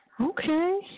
Okay